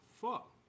Fuck